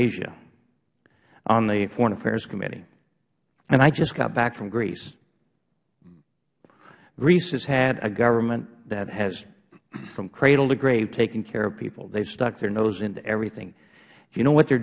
asia on the foreign affairs committee i just got back from greece greece has had a government that has from cradle to grave taken care of people they stuck their nose into everything do you know what they